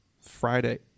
Friday